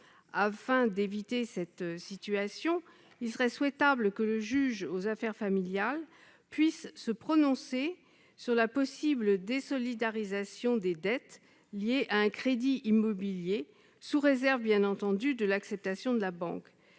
Afin d'éviter ce cas de figure, il serait souhaitable que le JAF puisse se prononcer sur la possible désolidarisation des dettes liées à un crédit immobilier, sous réserve, bien entendu, de l'acceptation de la banque.